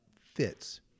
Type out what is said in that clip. fits